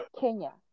Kenya